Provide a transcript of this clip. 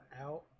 out